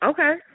Okay